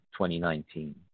2019